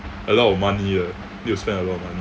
a lot of money eh need to spend a lot of money